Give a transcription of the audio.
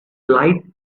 lighted